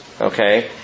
Okay